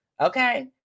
Okay